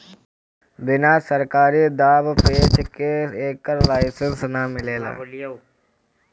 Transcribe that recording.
बिना सरकारी दाँव पेंच के एकर लाइसेंस ना मिलेला